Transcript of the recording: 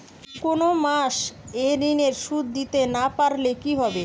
কোন মাস এ ঋণের সুধ দিতে না পারলে কি হবে?